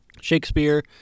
Shakespeare